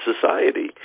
society